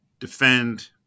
defend